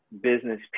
business